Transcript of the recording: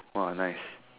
!woah! nice